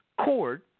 Cord